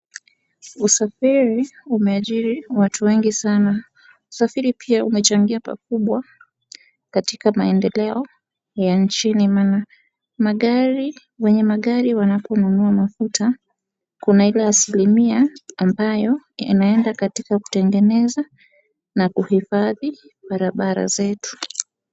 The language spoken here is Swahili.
Usafiri umeajiri watu wengi sana, usafiri pia umechangia pakubwa katika maendeleo ya nchini maana magari, wenye magari wanaponunua mafuta kuna ile aslimia ambayo inaenda katika kutengeneza na kuhifadhi barabara zetu.